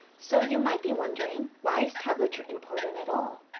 so you might be wondering why is tablature important at all?